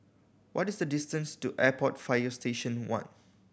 what is the distance to Airport Fire Station One